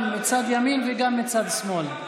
גם מצד ימין וגם מצד שמאל.